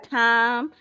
time